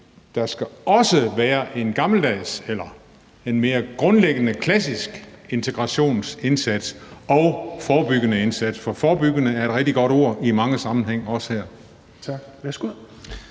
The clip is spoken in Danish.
der også skal være en gammeldags eller mere grundlæggende klassisk integrationsindsats og en forebyggende indsats, for forebyggelse er et rigtig godt ord i mange sammenhænge, også her. Kl. 16:45